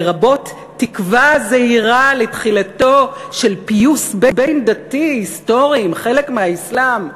לרבות "תקווה זהירה לתחילתו של פיוס בין-דתי היסטורי עם חלק מהאסלאם".